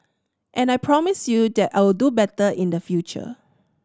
and I promise you that I will do better in the future